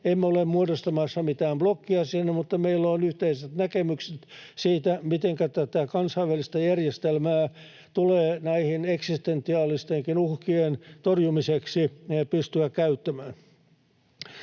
emme ole muodostamassa mitään blokkia siinä, mutta meillä on yhteiset näkemykset siitä, mitenkä tätä kansainvälistä järjestelmää tulee eksistentiaalistenkin uhkien torjumiseksi pystyä käyttämään.